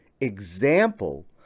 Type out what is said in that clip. example